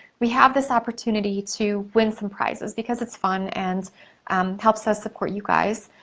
we have this opportunity to win some prizes because it's fun and um helps us support you guys.